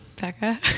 Becca